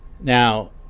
Now